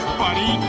buddy